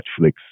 Netflix